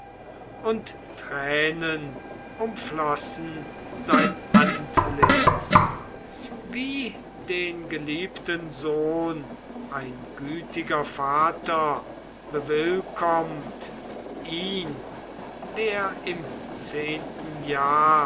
und tränen umflossen sein antlitz wie den geliebten sohn ein gütiger vater bewillkommt ihn der im zehnten jahr